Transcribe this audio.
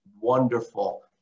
wonderful